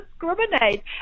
discriminate